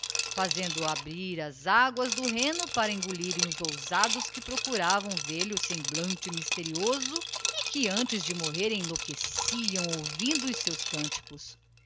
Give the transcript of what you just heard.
fazendo abrir as aguas do rheno para engulirem os ousados que procuravam vêrihe o semblante mysterioso e que antes de morrer enlouqueciam ouvindo os seus cânticos